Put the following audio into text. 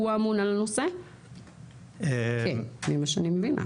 הוא האמון על הנושא לפי מה שאני מבינה?